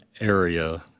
area